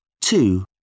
Two